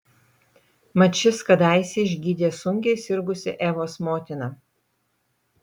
mat šis kadaise išgydė sunkiai sirgusią evos motiną